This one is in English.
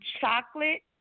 chocolate